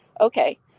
Okay